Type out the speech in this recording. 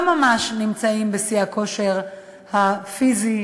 לא ממש נמצאים בשיא הכושר הפיזי,